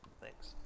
Thanks